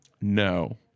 no